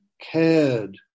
cared